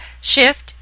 shift